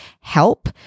help